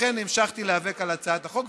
ולכן המשכתי להיאבק על הצעת החוק,